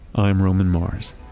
i'm roman mars